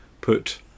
put